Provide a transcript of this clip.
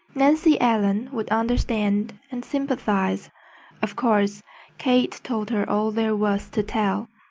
nancy ellen would understand and sympathize of course kate told her all there was to tell.